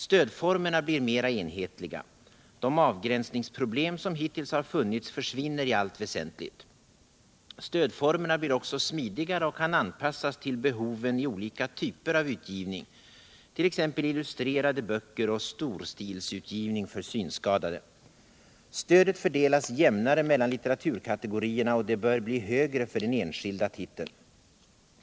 Stödformerna blir mera enhetliga, de avgränsningsproblem som hittills har funnits försvinner i allt väsentligt. Stödformerna blir också smidigare och kan anpassas till behoven i olika typer av utgivning, t.ex. illustrerade böcker och storstilsutgivning för synskadade. Stödet fördelas jämnare mellan litteraturkategorierna och det bör bli högre för den enskilda titeln.